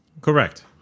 Correct